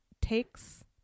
takes